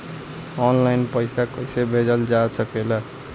आन line पईसा कईसे भेजल जा सेकला?